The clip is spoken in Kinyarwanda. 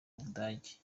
budage